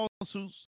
lawsuits